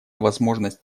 возможность